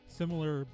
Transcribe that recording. similar